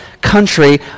country